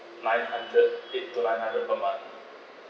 nine hundred eight to nine hundred per month